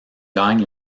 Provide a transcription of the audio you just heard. gagne